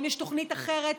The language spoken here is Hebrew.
האם יש תוכנית אחרת?